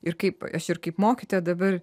ir kaip aš ir kaip mokytoja dabar